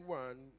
one